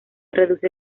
reduce